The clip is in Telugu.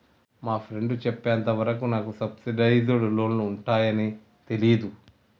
మా ఫ్రెండు చెప్పేంత వరకు నాకు సబ్సిడైజ్డ్ లోన్లు ఉంటయ్యని తెలీదు